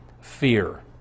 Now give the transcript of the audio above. fear